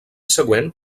següent